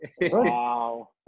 Wow